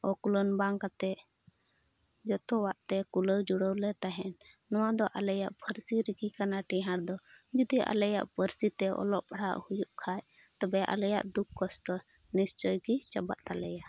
ᱚᱠᱩᱞᱟᱹᱱ ᱵᱟᱝ ᱠᱟᱛᱮᱫ ᱡᱚᱛᱚᱣᱟᱜ ᱛᱮ ᱠᱩᱲᱟᱹᱣ ᱡᱩᱲᱟᱹᱣᱞᱮ ᱛᱟᱦᱮᱱ ᱱᱚᱣᱟᱫᱚ ᱟᱞᱮᱭᱟᱜ ᱯᱟᱹᱨᱥᱤ ᱨᱮᱜᱮ ᱠᱟᱱᱟ ᱴᱮᱸᱦᱟᱰ ᱫᱚ ᱡᱩᱫᱤ ᱟᱞᱮᱭᱟᱜ ᱯᱟᱹᱨᱥᱤᱛᱮ ᱚᱞᱚᱜ ᱯᱟᱲᱦᱟᱜ ᱦᱩᱭᱩᱜ ᱠᱷᱟᱱ ᱛᱚᱵᱮ ᱟᱞᱮᱭᱟᱜ ᱫᱩᱠᱷ ᱠᱚᱥᱴᱚ ᱱᱤᱥᱪᱳᱭ ᱜᱮ ᱪᱟᱵᱟᱜ ᱛᱟᱞᱮᱭᱟ